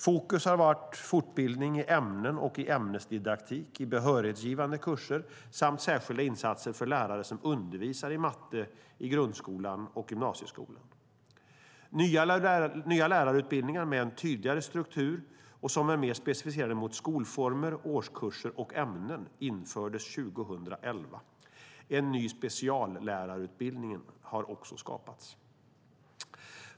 Fokus har varit fortbildning i ämnen och ämnesdidaktik, behörighetsgivande kurser samt särskilda insatser för lärare som undervisar i matte i grundskolan och gymnasieskolan. Nya lärarutbildningar med en tydligare struktur och som är mer specificerade mot skolformer, årskurser och ämnen infördes 2011. En ny speciallärarutbildning har också skapats.